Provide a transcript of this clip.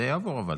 זה יעבור אבל.